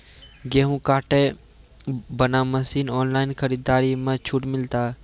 गेहूँ काटे बना मसीन ऑनलाइन खरीदारी मे छूट मिलता?